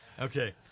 Okay